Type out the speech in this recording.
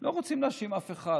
אנחנו לא רוצים להאשים אף אחד,